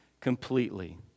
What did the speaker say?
completely